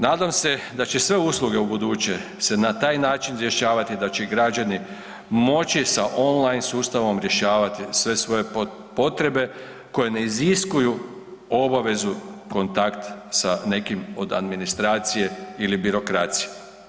Nadam se da će sve usluge u buduće se na taj način rješavati da će građani moći sa online sustavom rješavati sve svoje potrebe koje ne iziskuju obavezu kontakt sa nekim od administracije ili birokracije.